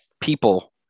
people